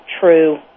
true